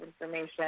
information